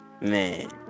Man